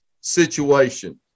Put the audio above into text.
situation